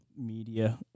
media